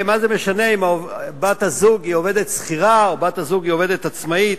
מה זה משנה אם בת-הזוג היא עובדת שכירה או עובדת עצמאית?